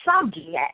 subject